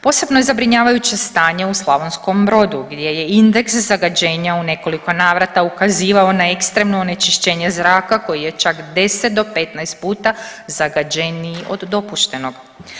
Posebno je zabrinjavajuće stanje u Slavonskom Brodu gdje je indeks zagađenja u nekoliko navrata ukazivao na ekstremno onečišćenje zraka koje je čak 10 do 15 puta zagađeniji od dopuštenog.